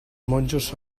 monjos